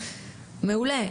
מעולה,